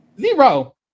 Zero